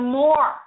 more